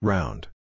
Round